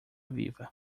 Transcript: viva